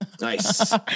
Nice